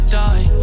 die